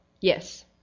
yes